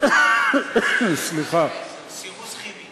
סירוס כימי.